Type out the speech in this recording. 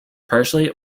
partially